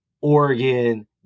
Oregon